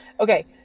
Okay